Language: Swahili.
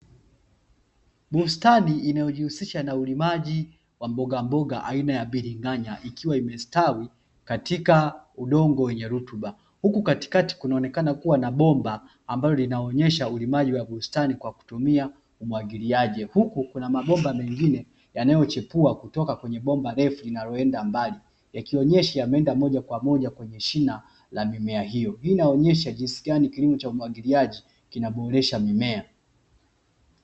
Bustani inayojihusisha na ulimaji wa mboga mboga aina ya bili ng'anya ikiwa imestawi katika udongo wenye rutuba, huku katikati kunaonekana kuwa na bomba ambalo linaonyesha ulimaji wa bustani kwa kutumia umwagiliaji, huku kuna mabomba mengine yanayochipua kutoka kwenye bomba refu linaloenda mbali yaki onyesha yame enda moja kwa moja kwenye shina la mimea hiyo, hii inaonyesha jinsi gani kilimo cha umwagiliaji kinaboresha mimea.